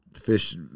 fish